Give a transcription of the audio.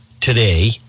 today